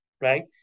right